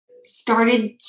started